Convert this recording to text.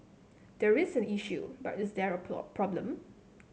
there is an issue but is there a problem